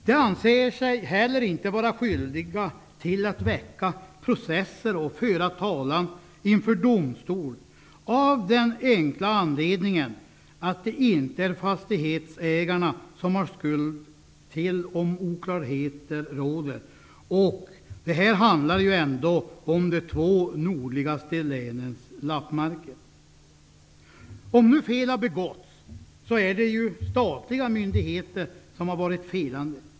De anser sig heller inte vara skyldiga att väcka processer och föra talan inför domstol av den enkla anledningen att det inte är fastighetsägarna som har skuld till om oklarheter råder. Det handlar ändå om de två nordligaste länens lappmarker. Om fel begåtts är det ju statliga myndigheter som har varit felande.